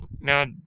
Now